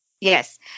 yes